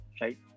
right